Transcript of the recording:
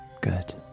good